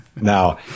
Now